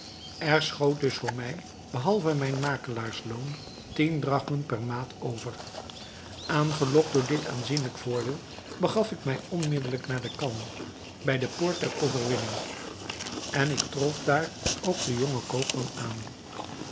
er schoot dus voor mij behalve mijn makelaarsloon tien drachmen per maat over aangelokt door dit aanzienlijk voordeel begaf ik mij onmiddelijk naar de khan bij de poort der overwinning en ik trof daar ook den jongen koopman aan